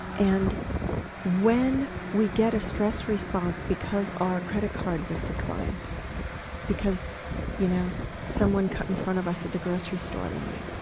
and when we get a stress response because our credit card was declined, or because you know someone cut in front of us at the grocery store line,